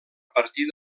partir